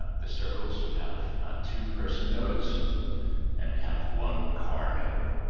ah the circles, we have two person nodes and we have one car node.